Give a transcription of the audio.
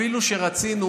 אפילו שרצינו,